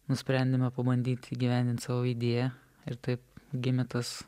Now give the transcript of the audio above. nusprendėme pabandyti įgyvendint savo idėją ir taip gimė tas